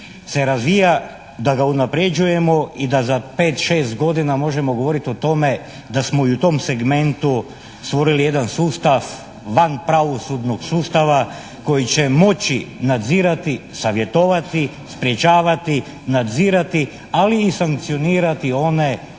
se razvija da ga unapređujemo i da za pet, šest godina možemo govoriti o tome da smo i u tom segmentu stvorili jedan sustav van pravosudnog sustava koji će moći nadzirati, savjetovati, sprječavati, nadzirati, ali i sankcionirati one